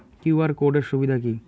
QR code এর সুবিধা কি?